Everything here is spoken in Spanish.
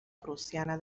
prusiana